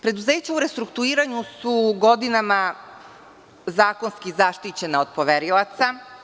Preduzeća u restrukturiranju su godinama zakonski zaštićena od poverilaca.